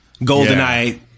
GoldenEye